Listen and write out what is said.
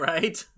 Right